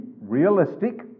realistic